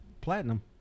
platinum